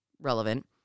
relevant